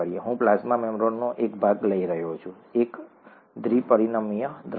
હું પ્લાઝ્મા મેમ્બ્રેનનો એક ભાગ લઈ રહ્યો છું એક દ્વિ પરિમાણીય દૃશ્ય